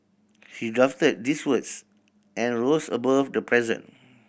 he drafted these words and rose above the present